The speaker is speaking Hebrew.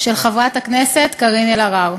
של חברת הכנסת קארין אלהרר.